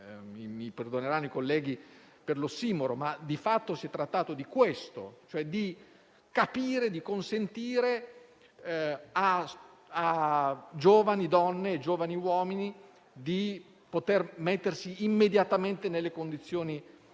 mi perdoneranno i colleghi per l'ossimoro, ma di fatto si è trattato di questo, cioè di consentire a giovani donne e uomini di mettersi immediatamente nelle condizioni di poter